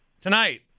Tonight